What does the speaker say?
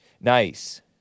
Nice